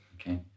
Okay